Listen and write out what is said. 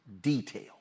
detail